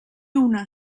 una